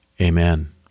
Amen